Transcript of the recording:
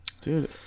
Dude